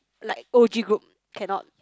like O_G group cannot